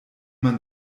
man